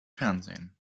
fernsehen